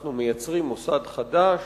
אנחנו מייצרים מוסד חדש,